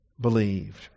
believed